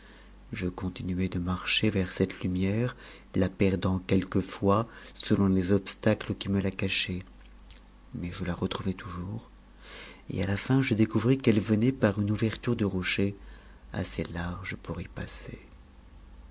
le continuai de marcher vers cette lumière la perdant quelquefois selon les obstacles qui me ta cachaient mais je la retrouvais toujours et a is li je découvris qu'ellc venait par une ouvfrturp du rocher assez iar y passer